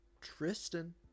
Tristan